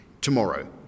tomorrow